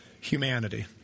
humanity